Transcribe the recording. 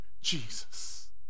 Jesus